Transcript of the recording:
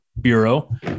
bureau